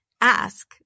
ask